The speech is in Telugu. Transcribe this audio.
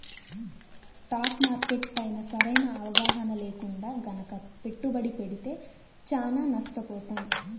స్టాక్ మార్కెట్ పైన సరైన అవగాహన లేకుండా గనక పెట్టుబడి పెడితే చానా నష్టపోతాం